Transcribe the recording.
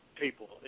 people